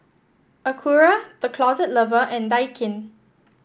Acura The Closet Lover and Daikin